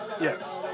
Yes